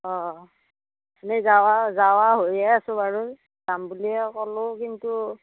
অঁ এনেই যাৱা যাৱা হৈয়ে আছোঁ বাৰু যাম বুলিয়ে ক'লো কিন্তু